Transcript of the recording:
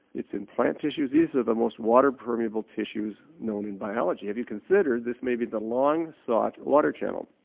it's in plant tissues these are the most water permeable tissues known in biology. have you considered this may be the long sought water channel?